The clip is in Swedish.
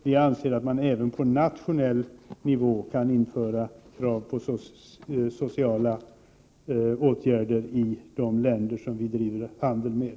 Vi anser att man även på nationell nivå kan införa krav på sociala åtgärder i de länder som vi bedriver handel med.